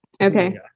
Okay